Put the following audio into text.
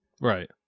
Right